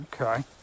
okay